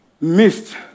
Missed